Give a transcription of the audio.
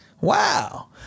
wow